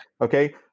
Okay